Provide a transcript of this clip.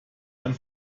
ein